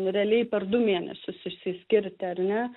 realiai per du mėnesius išsiskirti ar ne